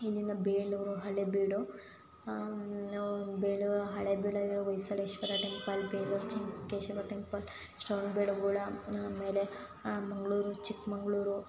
ಇಲ್ಲಿನ ಬೇಲೂರು ಹಳೆಬೀಡು ಬೇಲೂರು ಹಳೆಬೀಡಲ್ಲಿರುವ Hoysaleswara temple Belur Chennakeshava temple Shravanabelagola ಆಮೇಲೆ ಮಂಗಳೂರು ಚಿಕ್ಕಮಗ್ಳೂರು